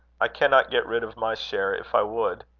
i cannot get rid of my share if i would.